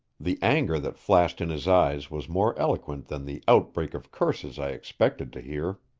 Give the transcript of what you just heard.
the anger that flashed in his eyes was more eloquent than the outbreak of curses i expected to hear.